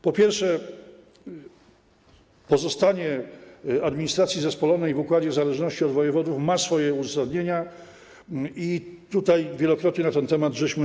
Po pierwsze, pozostawienie administracji zespolonej w układzie zależności od wojewodów ma swoje uzasadnienie i wielokrotnie na ten temat mówiliśmy.